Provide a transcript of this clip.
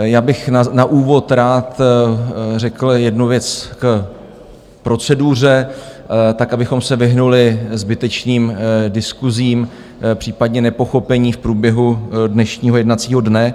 Já bych na úvod rád řekl jednu věc k proceduře, tak abychom se vyhnuli zbytečným diskusím, případně nepochopení v průběhu dnešního jednacího dne.